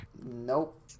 Nope